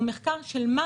הוא מחקר של מה